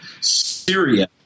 Syria